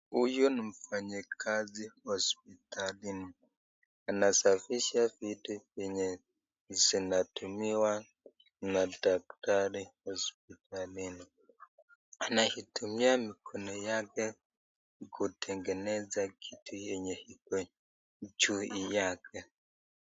Huyu ni mfanyikazi hospitalini. Anasafisha vitu zenye zinatumiwa na daktari hospitalini. Anaitumia mikono yake kutengeneza kitu yenye iko juu yake.